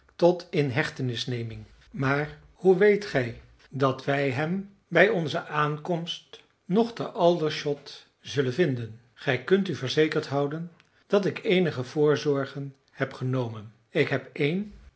tot inhechtenisneming maar hoe weet gij dat wij hem bij onze aankomst nog te aldershot zullen vinden gij kunt u verzekerd houden dat ik eenige voorzorgen heb genomen ik heb een